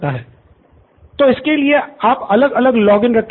professor Bala तो इसके लिए अलग अलग लॉगिन होंगे